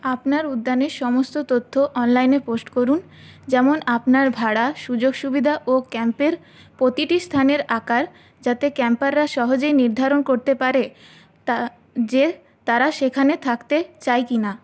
আপনার উদ্যানের সমস্ত তথ্য অনলাইনে পোস্ট করুন যেমন আপনার ভাড়া সুযোগ সুবিধা ও ক্যাম্পের প্রতিটি স্থানের আকার যাতে ক্যাম্পাররা সহজেই নির্ধারণ করতে পারে তা যে তারা সেখানে থাকতে চায় কি না